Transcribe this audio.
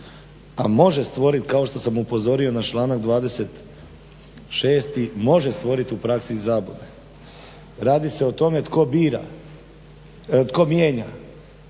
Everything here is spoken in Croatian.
a može stvorit ,kao što sam upozorio na članak 26., može stvorit u praksi i zabune. Radi se o tome tko bira,